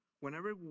Whenever